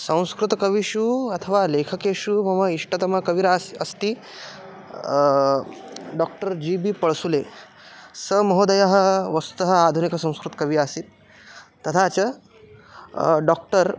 संस्कृतकविषु अथवा लेखकेषु मम इष्टतम कविरस्ति डाक्टर् जी बी पळ्सुले स महोदयः वस्तुतः आधुनिकसंस्कृतकविः आसीत् तथा च डाक्टर्